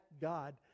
God